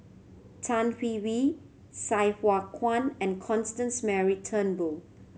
Tan Hwee Hwee Sai Hua Kuan and Constance Mary Turnbull